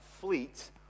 fleet